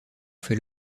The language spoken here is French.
fait